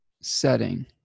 setting